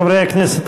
חברי הכנסת,